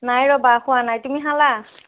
নাই ৰ'বা খোৱা নাই তুমি খালা